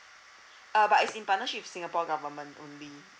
uh but it's in partnership with singapore government only